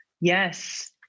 yes